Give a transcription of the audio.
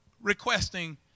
requesting